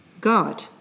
God